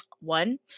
one